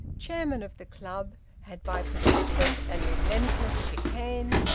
chairman of the club, had by persistent and relentless chicane,